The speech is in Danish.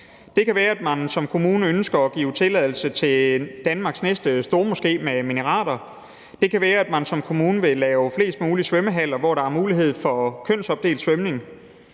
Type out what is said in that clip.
Det kan være, at man som kommune ønsker at give tilladelse til Danmarks næste stormoské med minareter. Det kan være, at man som kommune vil lave flest mulige svømmehaller, hvor der er mulighed for kønsopdelt svømning.